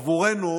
בעבורנו,